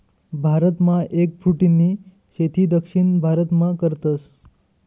भारतमा एगफ्रूटनी शेती दक्षिण भारतमा करतस